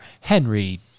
Henry